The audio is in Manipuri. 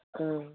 ꯑ